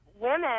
women